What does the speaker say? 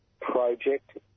project